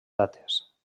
dates